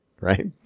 right